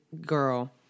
girl